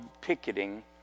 picketing